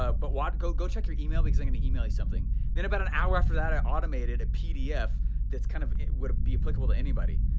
ah but what? go go check your email because i'm gonna email you something. and then about an hour after that, i automated a pdf that's kind of, it would be applicable to anybody,